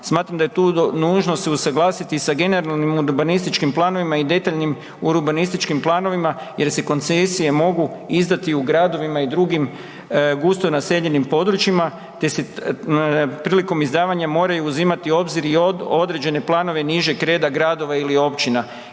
Smatram da je tu nužno se usuglasiti sa generalnim urbanističkim planovima i detaljnim urbanističkim planovima jer se koncesije mogu izdati u gradovima i drugim gusto naseljenim područjima te se prilikom izdavanja moraju uzimati u obzir i određene planove nižeg reda gradova ili općina